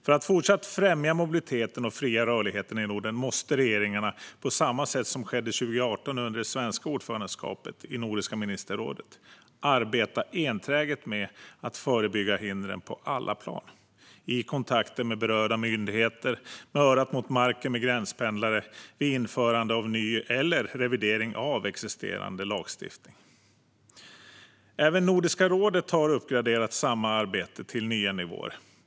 För att fortsatt främja mobiliteten och den fria rörligheten i Norden måste regeringarna, på samma sätt som skedde 2018 under det svenska ordförandeskapet i Nordiska ministerrådet, arbeta enträget med att förebygga hindren på alla plan. Detta måste ske i kontakter med berörda myndigheter, med örat mot marken med gränspendlare och vid införande av ny lagstiftning eller revidering av existerande lagstiftning. Även Nordiska rådet har uppgraderat samma arbete till nya nivåer.